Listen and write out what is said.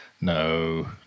no